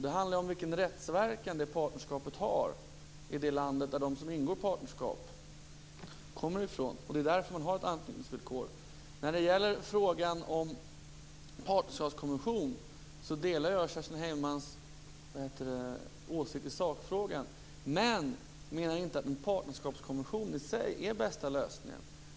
Det handlar om vilken rättsverkan partnerskapet har i det land som de som ingår partnerskap kommer ifrån. Det är därför man har ett anknytningsvillkor. När det gäller frågan om partnerskapskonvention delar jag Kerstin Heinemanns åsikt i sakfrågan. Men jag menar inte att en partnerskapskonvention i sig är den bästa lösningen.